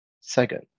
second